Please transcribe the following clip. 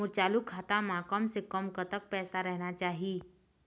मोर चालू खाता म कम से कम कतक पैसा रहना चाही?